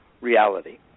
reality